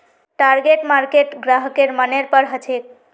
target market ग्राहकेर मनेर पर हछेक